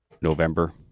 November